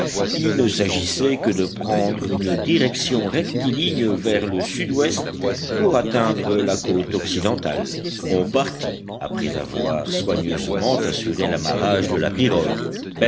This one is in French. il ne s'agissait que de prendre une direction rectiligne vers le sud-ouest pour atteindre la côte occidentale on partit après avoir soigneusement assuré l'amarrage de la pirogue